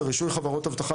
הוא רישוי חברות אבטחה,